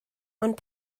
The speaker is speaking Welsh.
ond